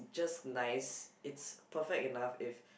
just nice it's perfect enough if